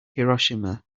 hiroshima